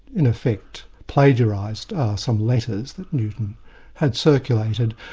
in effect, plagiarised some letters that newton had circulated.